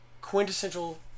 quintessential